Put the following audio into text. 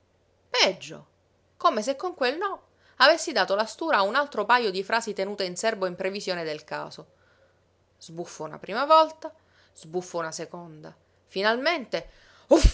peggio come se con quel no avessi dato la stura a un altro pajo di frasi tenute in serbo in previsione del caso sbuffo una prima volta sbuffo una seconda finalmente